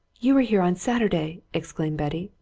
you were here on saturday! exclaimed betty.